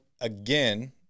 again